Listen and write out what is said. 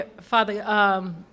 father